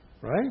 right